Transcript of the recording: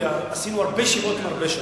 כי עשינו הרבה ישיבות בהרבה שעות.